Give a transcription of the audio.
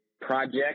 project